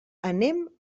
anem